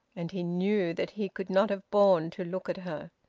and he knew that he could not have borne to look at her.